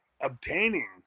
obtaining